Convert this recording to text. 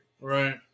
Right